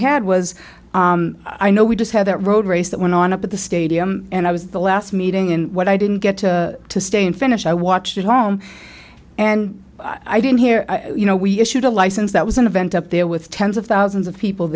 had was i know we just had that road race that went on up at the stadium and i was the last meeting in what i didn't get to stay and finish i watched home and i didn't hear you know we issued a license that was an event up there with tens of thousands of people